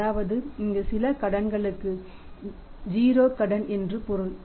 அதாவது இங்கு சில கடன்களுக்கு 0 கடன் என்று பொருள்